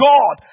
God